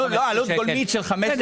לא, עלות גולמית של 15